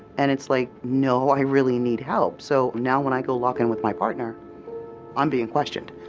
and it's like no, i really need help. so now when i go lock in with my partner i'm being questioned,